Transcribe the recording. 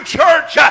church